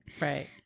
Right